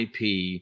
IP